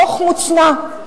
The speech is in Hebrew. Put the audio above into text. הדוח מוצנע.